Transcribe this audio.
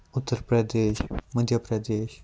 Uttar Pradesh Madhya Pradesh